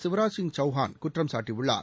சிவராஜ் சிங் சௌகான் குற்றம் சாட்டியுள்ளார்